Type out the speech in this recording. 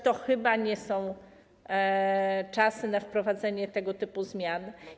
To chyba nie są czasy na wprowadzenie tego typu zmian.